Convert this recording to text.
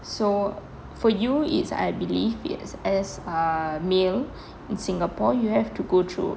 so for you it's I believe as a err male in singapore you have to go through